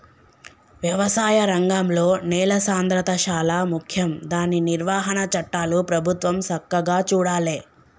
వ్యవసాయ రంగంలో నేల సాంద్రత శాలా ముఖ్యం దాని నిర్వహణ చట్టాలు ప్రభుత్వం సక్కగా చూడాలే